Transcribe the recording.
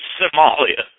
Somalia